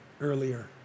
earlier